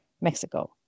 Mexico